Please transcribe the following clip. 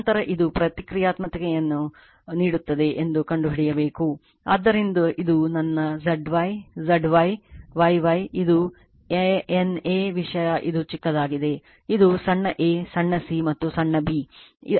ನಂತರ ಇದು ಪ್ರತಿಕ್ರಿಯಾತ್ಮಕತೆಯನ್ನು ನೀಡುತ್ತದೆ ಎಂದು ಕಂಡುಹಿಡಿಯಬೇಕು ಆದ್ದರಿಂದ ಇದು ನನ್ನ Z Y Z Y Y Y ಇದು A N A ವಿಷಯ ಇದು ಚಿಕ್ಕದಾಗಿದೆ ಇದು ಸಣ್ಣ a ಸಣ್ಣ c ಮತ್ತು ಇದು ಸಣ್ಣ b